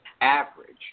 average